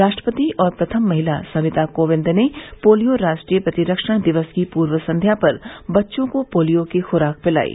राष्ट्रपति और प्रथम महिला सविता कोविंद ने पोलियो राष्ट्रीय प्रतिरक्षण दिवस की पूर्व संध्या पर बच्चों को पोलियो की खुराक पिलायी